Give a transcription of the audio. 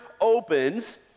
opens